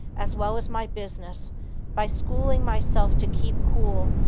as well as my business by schooling myself to keep cool,